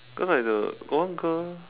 cause like the got one girl